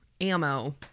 ammo